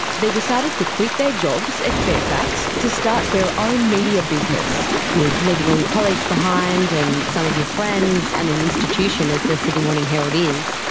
they decided to quit their jobs at fairfax, to start their own media business. you're leaving all your colleagues behind, and some of your friends, and an institution, as the sydney morning herald is.